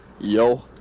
Yo